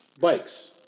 bikes